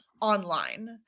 online